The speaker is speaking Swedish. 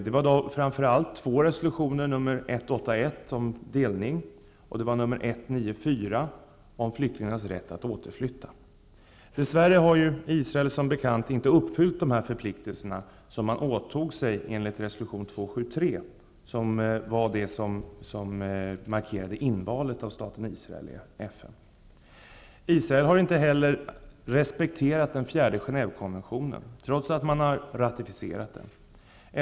Det var då framför allt två resolutioner, nr 181 om delning och nr 194 om flyktingarnas rätt att återflytta. Dess värre har Israel som bekant inte uppfyllt de förpliktelser som man åtog sig enligt resolution 273, vilken markerade invalet av staten Israel i FN. Israel har inte heller respekterat den fjärde Genèvekonventionen, trots att man har ratificerat den.